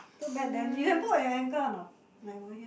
too bad then you can put on your ankle or not like over here